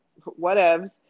Whatevs